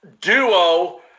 duo